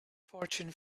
fortune